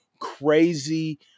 crazy